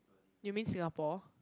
you mean Singapore